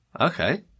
okay